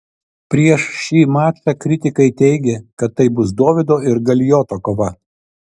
prieš šį mačą kritikai teigė kad tai bus dovydo ir galijoto kova